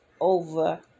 over